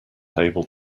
able